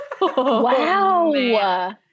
Wow